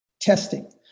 testing